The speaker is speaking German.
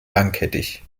langkettig